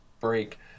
break